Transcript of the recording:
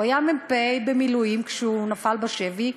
הוא היה מ"פ במילואים כשהוא נפל בשבי,